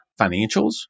financials